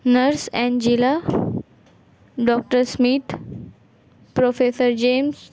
nurse angela doctor smith professor james